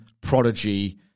prodigy